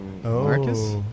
Marcus